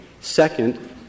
Second